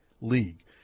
League